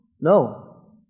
No